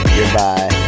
Goodbye